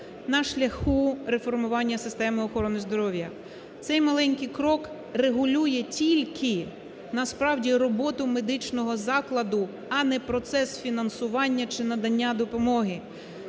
на шляху реформування системи охорони здоров'я. Цей маленький крок регулює тільки, насправді, роботу медичного закладу, а не процес фінансування чи надання допомоги.